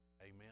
Amen